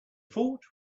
fort